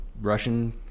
Russian